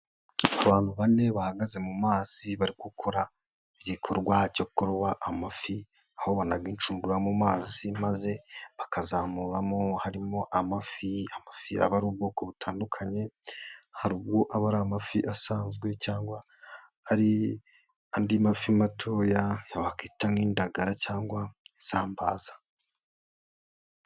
Abantu bane bahagaze mu mazi bari gukora igikorwa cyo kuroba amafi, aho banaga inshudura mu mazi maze bakazamuramo harimo amafi, amafi aba ari ubwoko butandukanye, hari ubwo aba ari amafi asanzwe cyangwa ari andi mafi matoya wakwita nk'indagara cyangwa isambaza.